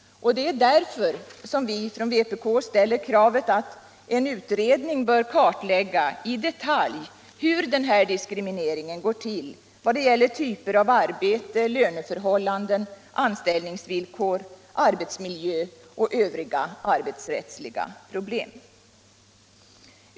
Det är därför som vpk ställer kravet på en utredning som i detalj bör kartlägga hur denna diskriminering går till i vad gäller typer av arbete, löneförhållanden, anställningsvillkor, arbetsmiljö och övriga arbetsrättsliga problem.